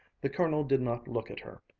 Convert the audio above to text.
the colonel did not look at her,